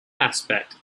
aspect